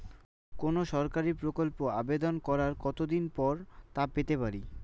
কোনো সরকারি প্রকল্পের আবেদন করার কত দিন পর তা পেতে পারি?